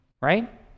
right